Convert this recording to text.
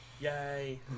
Yay